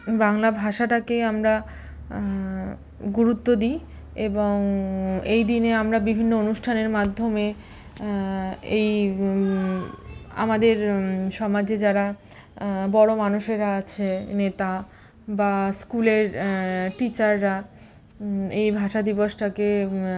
বাংলা ভাষাটাকে আমরা গুরুত্ব দিই এবং এই দিনে আমরা বিভিন্ন অনুষ্ঠানের মাধ্যমে এই আমাদের সমাজে যারা বড়ো মানুষেরা আছে নেতা বা স্কুলের টিচাররা এই ভাষা দিবসটাকে